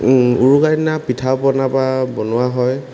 উৰুকা দিনা পিঠা পনা পা বনোৱা হয়